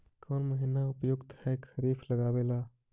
कौन महीना उपयुकत है खरिफ लगावे ला?